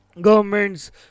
governments